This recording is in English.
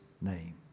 name